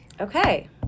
Okay